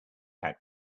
had